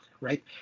Right